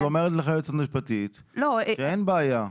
אבל אומרת לך היועצת המשפטית שאין בעיה.